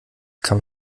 kam